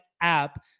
app